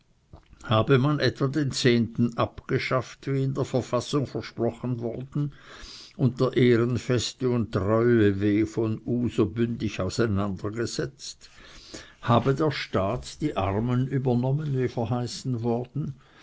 habe man etwa den zehnten abgeschafft wie in der verfassung versprochen worden und der ehrenfeste und treue w von u so bündig auseinander gesetzt aus den büchern abrahams habe der staat die armen übernommen wie verheißen worden